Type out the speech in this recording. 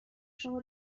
شما